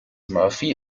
murphy